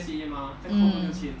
mm